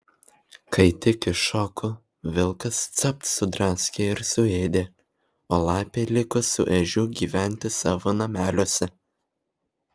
kai tik iššoko vilkas capt sudraskė ir suėdė o lapė liko su ežiu gyventi savo nameliuose